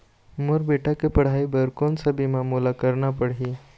मोर बेटा के पढ़ई बर कोन सा बीमा मोला करना पढ़ही?